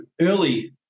early